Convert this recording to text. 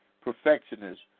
perfectionist